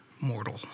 mortal